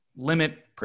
limit